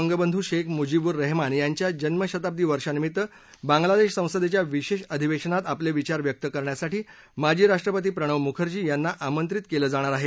बांगलादेशाचे शिल्पकार वंगबंधू शेख मुजीबूर रहमान यांच्या जन्मशताब्दी वर्षानिमित्त बांगलादेश संसदेच्या विशेष अधिवेशनामध्ये आपले विचार व्यक्त करण्यासाठी माजी राष्ट्रपती प्रणव मुखर्जी यांना आमंत्रित केलं जाणार आहे